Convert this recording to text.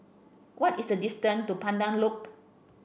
what is the distance to Pandan Loop